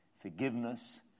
forgiveness